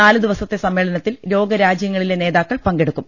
നാല് ദിവസത്തെ സമ്മേളനത്തിൽ ലോകരാജ്യങ്ങളിലെ നേതാക്കൾ പങ്കെടുക്കും